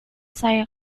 saya